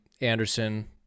Anderson